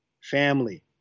family